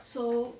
so